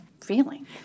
feeling